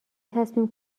تصمیم